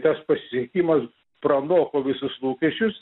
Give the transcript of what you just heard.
tas pasisekimas pranoko visus lūkesčius